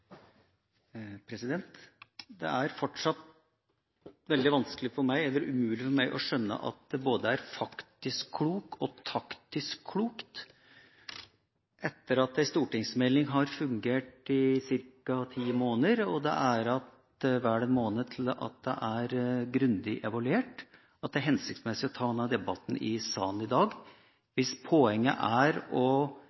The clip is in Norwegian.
fortsatt umulig for meg å skjønne at det både er faktisk klokt og taktisk klokt – etter at ei stortingsmelding har fungert i ca. ti måneder og det er igjen vel en måned til det er grundig evaluert – og hensiktsmessig å ta denne debatten i salen i dag,